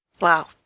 Wow